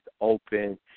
open